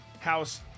House